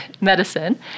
Medicine